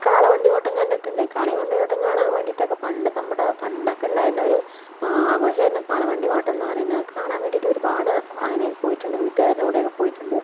കാളവണ്ടി ഓട്ടം കണ്ടിട്ടുണ്ട് കാളവണ്ടി ഓട്ടം കാണാൻ വേണ്ടിയിട്ടൊക്കെ പണ്ട് നമ്മുടെ പണ്ടൊക്കെ ഉണ്ടായിരുന്ന ഒരു ആഘോഷമായിരുന്നു കാളവണ്ടി ഓട്ടം എന്ന് പറയുന്നത് അത് കാണാൻ വേണ്ടിയിട്ട് ഒരുപാട് അങ്ങനെ പോയിട്ടുണ്ട് വീട്ടുകാരുടെ കൂടെയൊക്കെ പോയിട്ടുണ്ട്